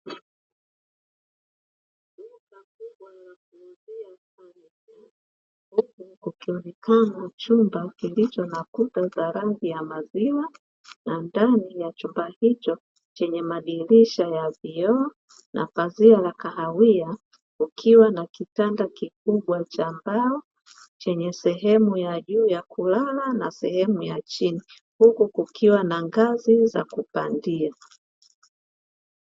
Duka kubwa la kuuzia fanicha, huku kukionaka chumba kilicho na kuta zenye rangi ya maziwa. Na ndani ya chumba hicho chenye madirisha ya vioo na pazia la kahawia, kukiwa na kitanda kikubwa cha mbao chenye sehemu ya juu ya kulala na sehemu ya chini, huku kukiwa na ngazi za kupandia.